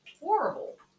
horrible